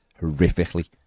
horrifically